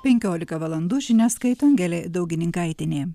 penkiolika valandų žinias skaito angelė daugininkaitienė